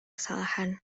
kesalahan